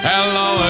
Hello